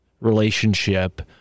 relationship